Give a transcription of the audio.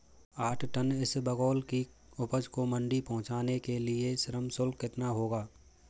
आठ टन इसबगोल की उपज को मंडी पहुंचाने के लिए श्रम शुल्क कितना होगा?